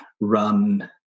run